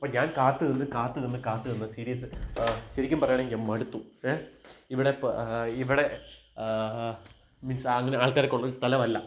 അപ്പോള് ഞാൻ കാത്ത് നിന്ന് കാത്ത് നിന്ന് കാത്ത് നിന്ന് സീരിയസ് ശരിക്കും പറയാണെങ്കില് ഞാൻ മടുത്തു ഇവിടെ പാ ഇവിടെ മീൻസ് അങ്ങനെ ആൾക്കാരൊക്കെയുള്ളൊരു സ്ഥലമല്ല